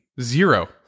Zero